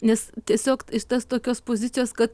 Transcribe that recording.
nes tiesiog tas tokios pozicijos kad